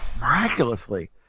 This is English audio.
miraculously